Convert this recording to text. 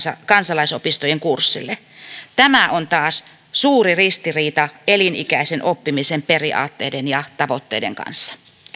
kansalaisopistojen kursseille tässä on suuri ristiriita elinikäisen oppimisen periaatteiden ja tavoitteiden kanssa